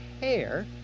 hair